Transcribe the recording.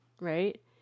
right